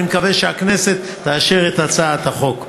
אני מקווה שהכנסת תאשר את הצעת החוק.